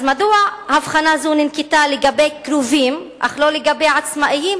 אז מדוע הבחנה זו ננקטה לגבי קרובים אך לא לגבי עצמאים,